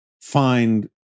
find